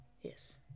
Yes